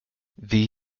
the